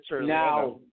now